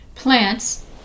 Plants